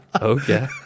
okay